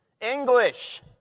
English